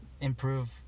improve